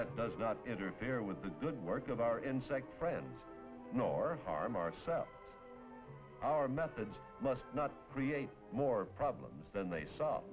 that does not interfere with the good work of our insect friends nor harm ourselves our methods must not create more problems than they s